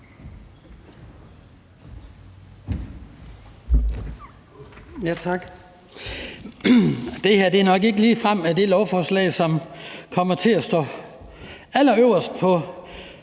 Tak. Det her er nok ikke ligefrem det lovforslag, som kommer til at ligge allerøverst i